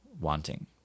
wanting